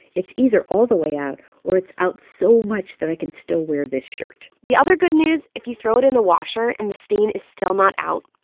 it's either all the way out or it's out so much that i can still wear this shirt the other good news if you throw it in the washer and the stain is still not out,